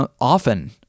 often